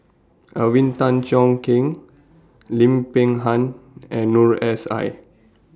Alvin Tan Cheong Kheng Lim Peng Han and Noor S I